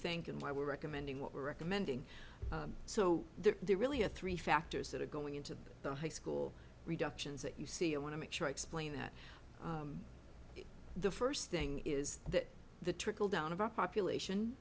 think and why we're recommending what we're recommending so there really are three factors that are going into the high school reductions that you see i want to make sure i explain that the first thing is that the trickle down of our population